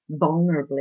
vulnerably